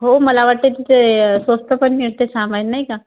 हो मला वाटते तिथे स्वस्तपण मिळते सामान नाही का